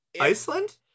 Iceland